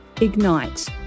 Ignite